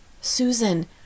susan